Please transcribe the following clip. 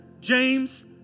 James